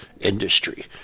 industry